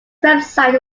website